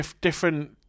Different